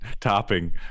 topping